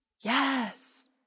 yes